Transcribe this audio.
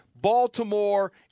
Baltimore